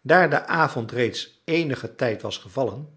daar de avond reeds eenigen tijd was gevallen